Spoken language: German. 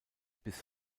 bis